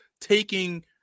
taking